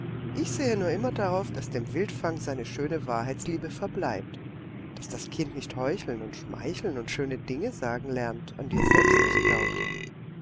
ich sehe nur immer darauf daß dem wildfang seine schöne wahrheitsliebe verbleibt daß das kind nicht heucheln und schmeicheln und schöne dinge sagen lernt an die es selbst nicht glaubt